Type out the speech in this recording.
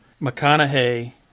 McConaughey